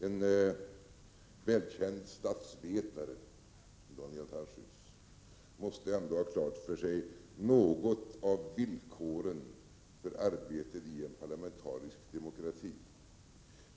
En välkänd statsvetare som Daniel Tarschys måste ändå ha klart för sig något av villkoren för arbetet i en parlamentarisk demokrati.